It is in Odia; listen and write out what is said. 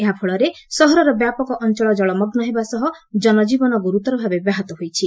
ଏହାଫଳରେ ସହରର ବ୍ୟାପକ ଅଞ୍ଚଳ ଜଳମଗ୍ନ ହେବା ସହ ଜନଜୀବନ ଗୁରୁତର ଭାବେ ବ୍ୟାହତ ହୋଇଛି